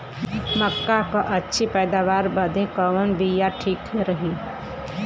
मक्का क अच्छी पैदावार बदे कवन बिया ठीक रही?